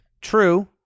True